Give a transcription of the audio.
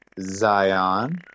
Zion